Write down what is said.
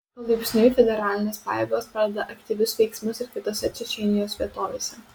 palaipsniui federalinės pajėgos pradeda aktyvius veiksmus ir kitose čečėnijos vietovėse